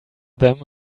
them